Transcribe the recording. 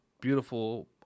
beautiful